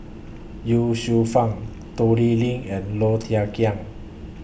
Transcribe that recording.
Ye Shufang Toh Liying and Low Thia Khiang